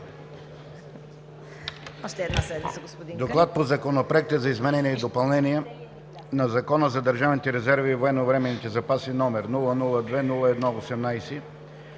„ДОКЛАД по Законопроект за изменение и допълнение на Закона за държавните резерви и военновременните запаси, № 002-01-18,